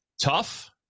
Tough